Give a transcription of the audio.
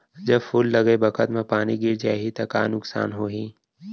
जब फूल लगे बखत म पानी गिर जाही त का नुकसान होगी?